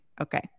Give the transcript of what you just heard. okay